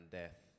death